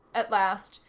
at last,